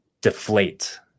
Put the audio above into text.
deflate